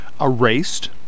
erased